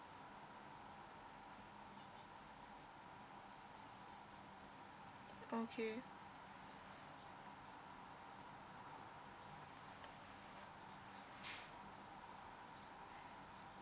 okay